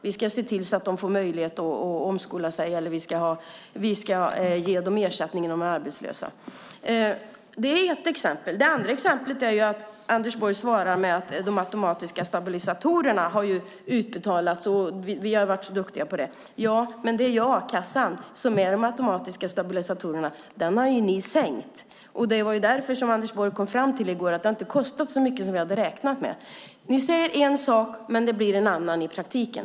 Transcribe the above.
Vi ska se till att de får möjlighet att omskola sig och ge dem ersättning när de är arbetslösa. Det är ett exempel. Det andra exemplet är att Anders Borg svarar med att de automatiska stabilisatorerna har utbetalats och att man har varit så duktig på det. Ja, men det är ju a-kassan som är de automatiska stabilisatorerna. Den har ni sänkt. Det var därför som Anders Borg i går kom fram till att det inte har kostat så mycket som man hade räknat med. Ni säger en sak, men det blir en annan i praktiken.